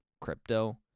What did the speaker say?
crypto